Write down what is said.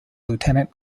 lieutenant